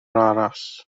arall